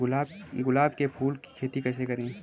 गुलाब के फूल की खेती कैसे करें?